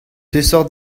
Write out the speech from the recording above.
peseurt